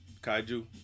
Kaiju